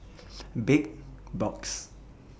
Big Box